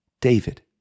David